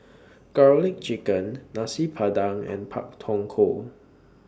Garlic Chicken Nasi Padang and Pak Thong Ko